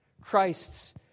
Christ's